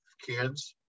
kids